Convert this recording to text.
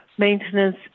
maintenance